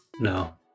No